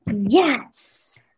yes